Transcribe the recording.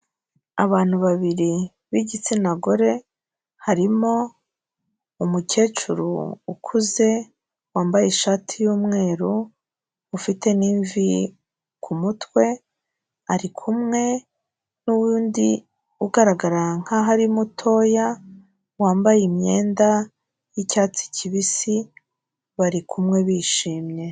Abantu babiri b'igitsina gore, harimo umukecuru ukuze wambaye ishati y'umweru ufite nivi ku mutwe arikumwe n'uwundi ugaragara nk'aho ari mutoya wambaye imyenda yicyatsi kibisi, bari kumwe bishimye.